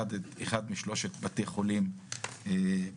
אחד משלושת בתי החולים בנצרת,